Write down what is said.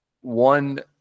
one